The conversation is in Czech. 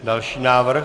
Další návrh.